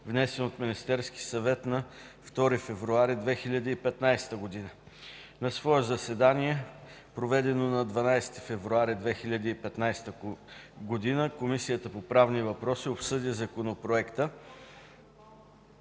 внесен от Министерски съвет на 2 февруари 2015 г. На свое заседание, проведено на 12 февруари 2015 г., Комисията по правни въпроси обсъди Законопроекта.